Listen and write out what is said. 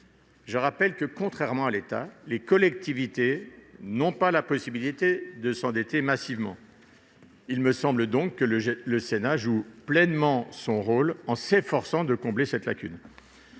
Je rappelle que, contrairement à l'État, les collectivités n'ont pas la possibilité de s'endetter massivement. Il me semble donc que le Sénat joue pleinement son rôle en s'efforçant de combler cette lacune.